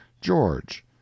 George